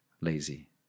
Lazy